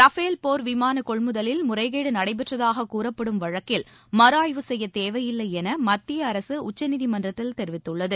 Rafale போர் விமான கொள்முதலில் முறைகேடு நடைபெற்றதாகக் கூறப்படும் வழக்கில் மறு ஆய்வு செய்யத் தேவையில்லை என மத்திய அரசு உச்சநீதிமன்றத்தில் தெரிவித்துள்ளது